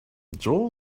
joel